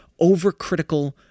overcritical